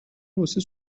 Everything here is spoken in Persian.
واسه